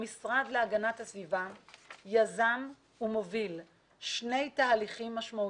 המשרד להגנת הסביבה יזם ומוביל שני תהליכים משמעותיים.